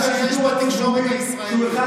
שיש בתקשורת הישראלית.